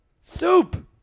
soup